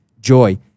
joy